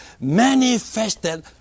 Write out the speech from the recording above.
manifested